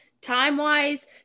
Time-wise